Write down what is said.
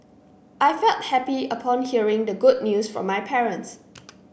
I felt happy upon hearing the good news from my parents